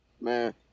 man